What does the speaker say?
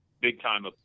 big-time